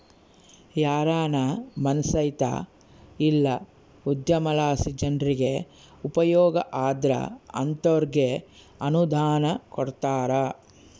ಯಾರಾನ ಮನ್ಸೇತ ಇಲ್ಲ ಉದ್ಯಮಲಾಸಿ ಜನ್ರಿಗೆ ಉಪಯೋಗ ಆದ್ರ ಅಂತೋರ್ಗೆ ಅನುದಾನ ಕೊಡ್ತಾರ